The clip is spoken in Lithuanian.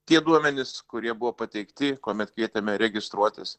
tie duomenys kurie buvo pateikti kuomet kvietėme registruotis